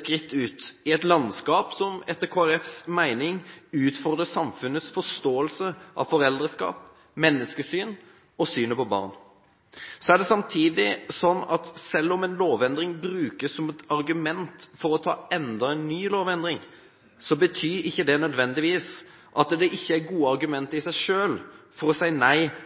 skritt ut i et landskap som etter Kristelig Folkepartis mening utfordrer samfunnets forståelse av foreldreskap, menneskesyn og synet på barn. Så er det samtidig sånn at selv om en lovendring brukes som et argument for å ta enda en ny lovendring, betyr ikke det nødvendigvis at det ikke er gode argumenter i seg selv for å si nei